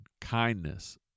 kindness